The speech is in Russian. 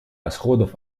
расходов